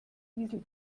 diesel